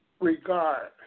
Regard